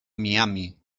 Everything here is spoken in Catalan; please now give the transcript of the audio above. miami